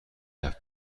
رفت